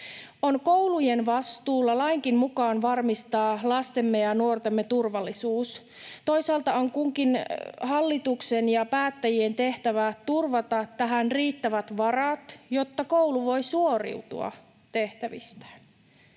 On koulujen vastuulla, lainkin mukaan, varmistaa lastemme ja nuortemme turvallisuus. Toisaalta on kunkin hallituksen ja päättäjien tehtävä turvata tähän riittävät varat, jotta koulu voi suoriutua tehtävistään.